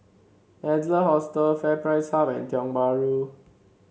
Adler Hostel FairPrice Hub and Tiong Bahru